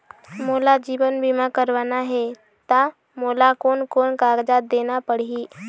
मोला जीवन बीमा करवाना हे ता मोला कोन कोन कागजात देना पड़ही?